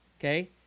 okay